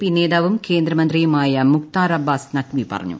P നേതാവും കേന്ദ്രമന്ത്രിയുമായ മുക്താർ അബ്ബാസ് നഖ്വി പറഞ്ഞു